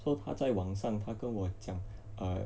so 他在网上他跟我讲